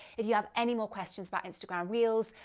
if you have any more questions about instagram reels,